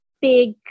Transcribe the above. big